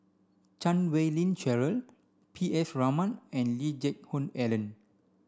Chan Wei Ling Cheryl P S Raman and Lee Geck Hoon Ellen